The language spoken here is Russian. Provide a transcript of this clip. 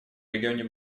регионе